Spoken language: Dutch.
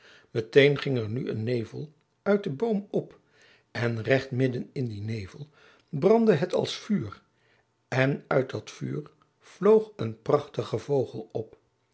meteen ging er nu een nevel uit den boom op en recht midden in dien nevel brandde het als vuur en uit dat vuur vloog een prachtige vogel op